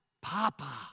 Papa